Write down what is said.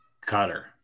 Cutter